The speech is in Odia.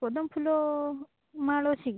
ପଦ୍ମଫୁଲ ମାଳ ଅଛି କି